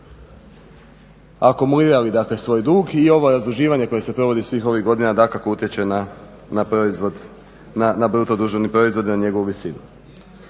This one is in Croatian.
akumulirali svoj dug i ovo razduživanje koje se provodi svih ovih godina dakako utječe na BDP i na njegovu visinu.